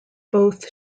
both